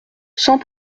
sans